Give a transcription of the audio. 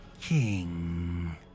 king